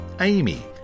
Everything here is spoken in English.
Amy